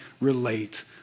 relate